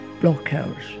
blockhouse